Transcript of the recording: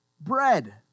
bread